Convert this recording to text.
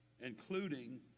including